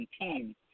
team